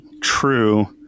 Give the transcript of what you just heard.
True